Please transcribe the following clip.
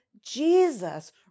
Jesus